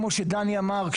כמו שדני אמר,